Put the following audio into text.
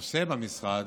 עושה במשרד.